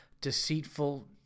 deceitful